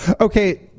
Okay